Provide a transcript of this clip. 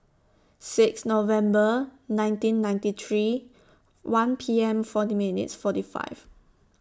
six November nineteen ninety three one P M forty minutes forty five